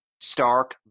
Stark